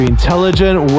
Intelligent